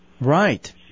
Right